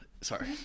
sorry